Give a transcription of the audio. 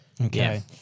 Okay